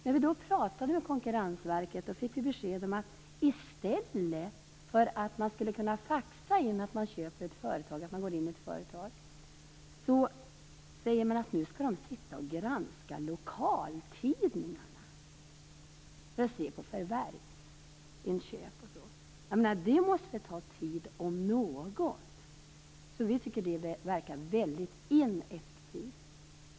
När vi talade med Konkurrensverket fick vi beskedet att i stället för att faxa in information om att man går in i ett företag skall lokaltidningar granskas; detta för att titta på förvärv, köp o.d. Det om något måste väl ta tid. Vi tycker alltså att det här verkar väldigt ineffektivt.